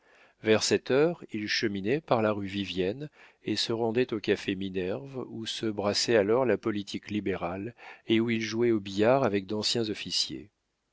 vers cette heure il cheminait par la rue vivienne et se rendait au café minerve où se brassait alors la politique libérale et où il jouait au billard avec d'anciens officiers